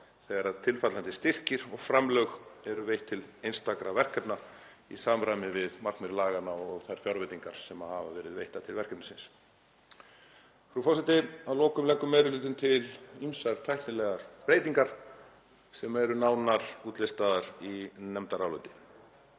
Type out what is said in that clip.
þegar tilfallandi styrkir og framlög eru veitt til einstakra verkefna í samræmi við markmið laganna og þær fjárveitingar sem veittar hafa verið til verkefnisins. Frú forseti. Að lokum leggur meiri hlutinn til ýmsar tæknilegar breytingar sem eru nánar útlistaðar í nefndaráliti.